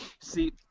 See